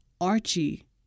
Archie